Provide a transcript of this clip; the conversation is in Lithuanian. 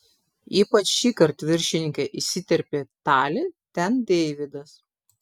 ypač šįkart viršininke įsiterpė talė ten deividas